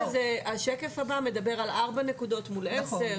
השקף הבא מדבר על 4 נקודות מול 10,